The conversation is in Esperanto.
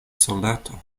soldato